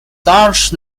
dutch